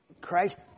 Christ